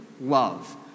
love